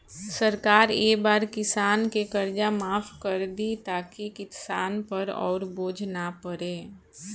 सरकार ए बार किसान के कर्जा माफ कर दि ताकि किसान पर अउर बोझ ना पड़े